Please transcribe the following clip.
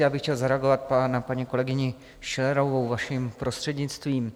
Já bych chtěl zareagovat paní kolegyni Schillerovou vaším prostřednictvím.